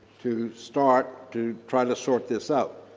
to start to try to sort this out.